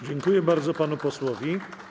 Dziękuję bardzo panu posłowi.